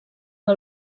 que